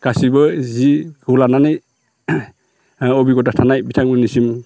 गासिबो जि हु लानानै ओ अबिगथा थानाय बिथांमोननिसिम